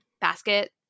basket